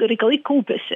reikalai kaupėsi